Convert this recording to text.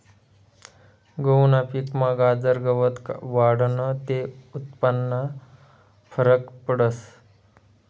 गहूना पिकमा गाजर गवत वाढनं ते उत्पन्नमा फरक पडस